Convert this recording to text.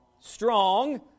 strong